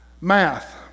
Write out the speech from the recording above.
math